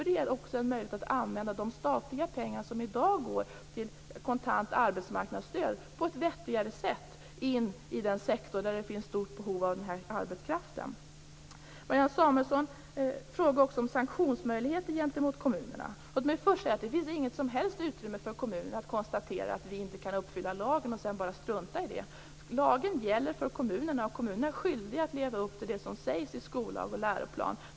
Det ger också en möjlighet att använda de statliga pengar som i dag går till kontant arbetsmarknadsstöd på ett vettigare sätt i den sektor där det finns ett stort behov av arbetskraft. Marianne Samuelsson frågade också om sanktionsmöjligheter gentemot kommunerna. Låt mig först säga att det inte finns något som helst utrymme för kommunerna att konstatera att de inte kan uppfylla lagen och sedan bara strunta i den. Lagen gäller för kommunerna. Kommunerna är skyldiga att leva upp till det som sägs i skollag och läroplan.